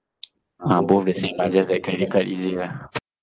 uh both the same ah just that credit card easier ah